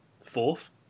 fourth